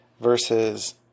versus